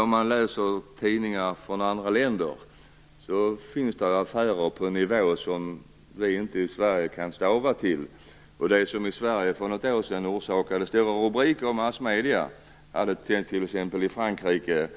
Om man läser tidningar från andra länder ser man att där finns affärer på en nivå som vi i Sverige inte ens kan stava till. Och det som i Sverige för något år sedan orsakade stora rubriker i massmedierna hade t.ex. i Frankrike